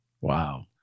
Wow